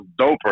doper